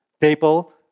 People